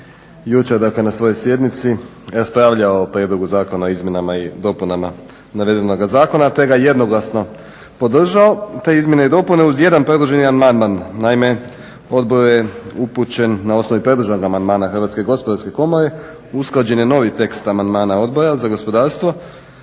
jučer dakle na svojoj sjednici raspravljao o prijedlogu zakona o izmjenama i dopunama navedenog zakona te ga jednoglasno podržao te izmjene i dopune uz jedan predloženi amandman. Naime Odbor je upućen na osnovi predloženog amandmana Hrvatske gospodarske komore. Usklađen je novi tekst amandmana odbora za gospodarstvo